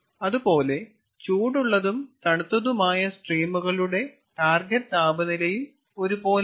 അതുപോലെ ചൂടുള്ളതും തണുത്തതുമായ സ്ട്രീമുകളുടെ ടാർഗെറ്റ് താപനിലയും ഒരുപോലെയല്ല